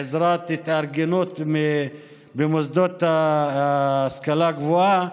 בעזרת התארגנות המוסדות להשכלה הגבוהה,